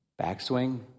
Backswing